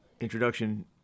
introduction